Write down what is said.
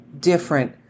different